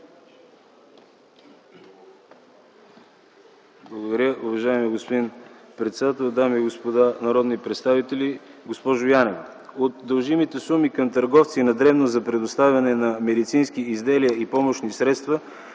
Благодаря, уважаеми господин председател. Дами и господа народни представители, госпожо Янева! От дължимите суми към търговци на дребно за предоставяне на медицински изделия и помощни средства,